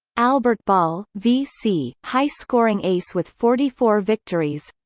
albert ball, vc high scoring ace with forty four victories